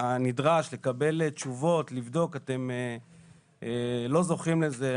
הנדרש, לקבל תשובות, לבדוק, אתם לא זוכים לזה.